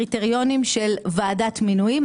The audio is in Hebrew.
קריטריונים של ועדת מינויים.